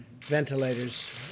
ventilators